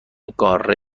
قاره